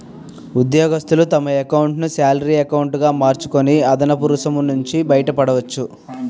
ఉద్యోగస్తులు తమ ఎకౌంటును శాలరీ ఎకౌంటు గా మార్చుకొని అదనపు రుసుము నుంచి బయటపడవచ్చు